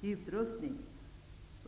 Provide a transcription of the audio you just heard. utrustning.''